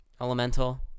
elemental